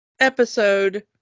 Episode